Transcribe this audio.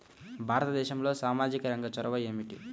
భారతదేశంలో సామాజిక రంగ చొరవ ఏమిటి?